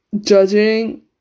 judging